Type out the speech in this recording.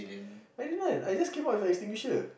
I didn't I just came up with an extinguisher